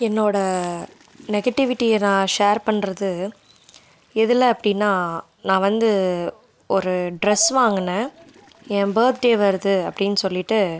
என்னோடய நெகட்டிவிட்டியை நான் ஷேர் பண்ணுறது எதில் அப்படின்னா நான் வந்து ஒரு ட்ரெஸ் வாங்கினேன் என் பர்த்டே வருது அப்படின்னு சொல்லிட்டு